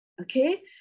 okay